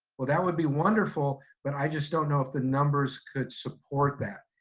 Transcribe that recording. well, that would be wonderful, but i just don't know if the numbers could support that.